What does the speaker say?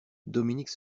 dominique